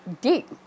Deep